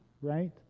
right